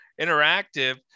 Interactive